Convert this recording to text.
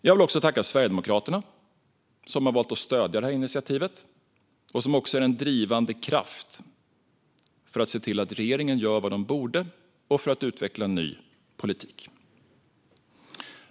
Jag vill också tacka Sverigedemokraterna, som har valt att stödja initiativet och som också är en drivande kraft för att se till att regeringen gör vad den borde och för att utveckla ny politik.